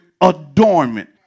adornment